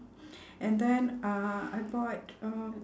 and then uh I bought a